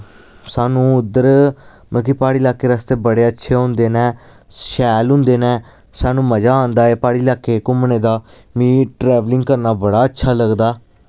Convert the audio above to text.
सानू उद्धर मतलब कि प्हाड़ी इलाके रस्ते बड़े अच्छे होंदे ने शैल होंदे ने सानू मजा आंदा ऐ प्हाड़ी इलाके घूमने दा मी ट्रैवेलिंग करना बड़ा अच्छा लगदा